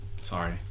Sorry